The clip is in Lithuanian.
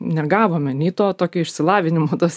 negavome nei to tokio išsilavinimo tos